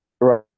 Right